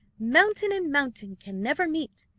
mountain and mountain can never meet,